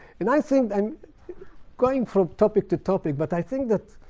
and i think i'm going from topic to topic. but i think that